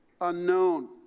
unknown